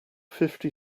fifty